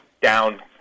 down